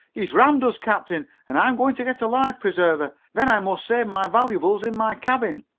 he's rammed us, captain, and i'm going to get a life-preserver! then i must save my valuables in my cabin!